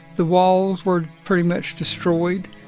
the walls were pretty much destroyed.